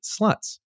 sluts